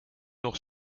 nog